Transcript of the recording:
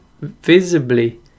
Visibly